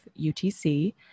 UTC